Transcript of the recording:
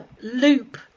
loop